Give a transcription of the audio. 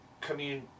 commune